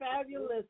fabulous